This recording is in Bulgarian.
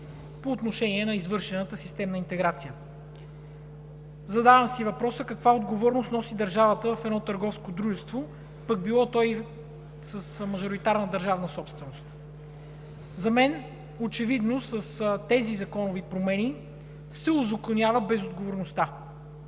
по отношение на извършената системна интеграция. Задавам си въпроса: каква отговорност носи държавата в едно търговско дружество, пък било то и с мажоритарна държавна собственост? За мен с тези законови промени очевидно се узаконява безотговорността.